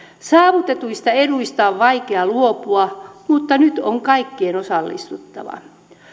saavutetuista eduista on vaikea luopua mutta nyt on kaikkien osallistuttava